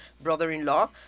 brother-in-law